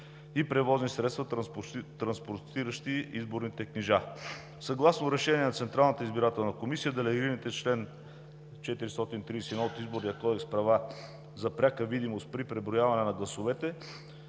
и превозни средства, транспортиращи изборните книжа. Съгласно решение на Централната избирателна комисия делегираните с чл. 431 от Изборния кодекс права за пряка видимост при преброяване на гласовете